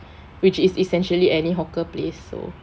which is essentially any hawker place so